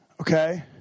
Okay